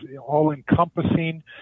all-encompassing